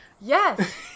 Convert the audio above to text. Yes